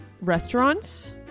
restaurants